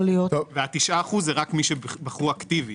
ה-9% זה רק מי שבחרו אקטיבית.